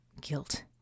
Guilt